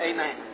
Amen